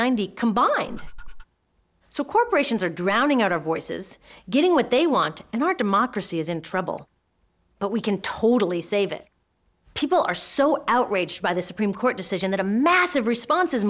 hundred combined so corporations are drowning out our voices getting what they want and our democracy is in trouble but we can totally save it people are so outraged by the supreme court decision that a massive response